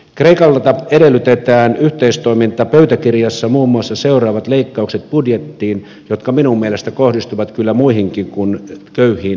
kreikalta edellytetään yhteistoimintapöytäkirjassa muun muassa seuraavat leikkaukset budjettiin jotka minun mielestäni kohdistuvat kyllä muihinkin kuin köyhiin ihmisiin